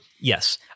yes